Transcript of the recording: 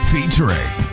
Featuring